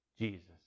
Jesus